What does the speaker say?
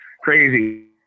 crazy